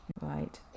right